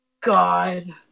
God